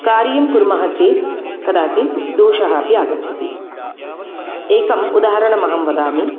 कार्यं कुर्मः चेत् कदाचीत् दोषः अपि आगच्छति एकम् उदाहरणम् अहं वदामि